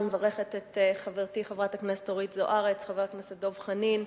אני מברכת את חברתי חברת הכנסת אורית זוארץ ואת חבר הכנסת דב חנין.